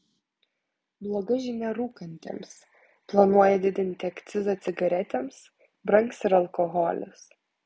bloga žinia rūkantiems planuoja didinti akcizą cigaretėms brangs ir alkoholis